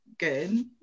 Good